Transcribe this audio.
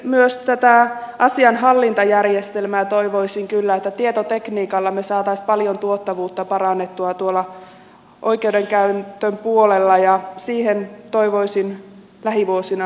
paitsi lisää resursseja toivoisin tähän asianhallintajärjestelmään tietotekniikalla saisimme paljon tuottavuutta parannettua tuolla oikeudenkäytön puolella lähivuosina panostuksia